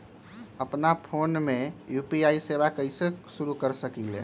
अपना फ़ोन मे यू.पी.आई सेवा कईसे शुरू कर सकीले?